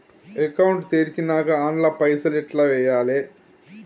Account తెరిచినాక అండ్ల పైసల్ ఎట్ల వేయాలే?